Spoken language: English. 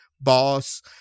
boss